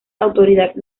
autoridad